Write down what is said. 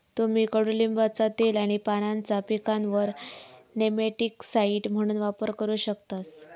तुम्ही कडुलिंबाचा तेल आणि पानांचा पिकांवर नेमॅटिकसाइड म्हणून वापर करू शकतास